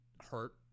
hurt